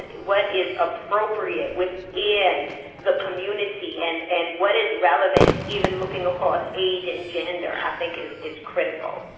what is appropriate within the community and and what is relevant even looking across age and gender i think is is critical.